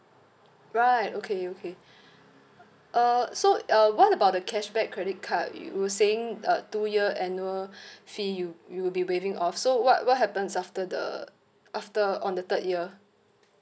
right okay okay uh so uh what about the cashback credit card you were saying uh two year annual fee you you'll be waiving off so what what happens after the after on the third year